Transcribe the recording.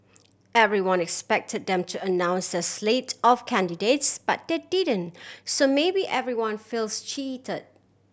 everyone expected them to announce their slate of candidates but they didn't so maybe everyone feels cheat